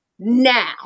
now